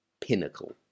Pinnacle